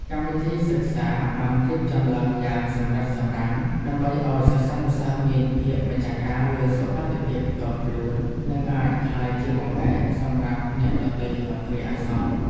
កម្មវិធីសិក្សាបានរៀបចំឡើងយ៉ាងសម្រិតសម្រាំង ដើម្បីឱ្យសិស្សានុសិស្សមានភាពម្ចាស់ការលើសុវត្ថិភាពផ្ទាល់ខ្លួន និងអាចក្លាយជាបង្អែកសម្រាប់អ្នកដទៃក្នុងគ្រាអាសន្ន។